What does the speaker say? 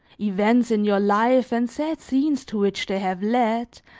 events in your life and sad scenes to which they have led,